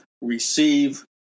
receive